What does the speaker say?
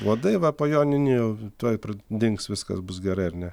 uodai va po joninių jau tuoj dings viskas bus gerai ar ne